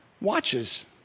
watches